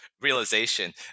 realization